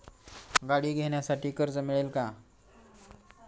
गाडी घेण्यासाठी कर्ज मिळेल का?